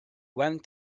went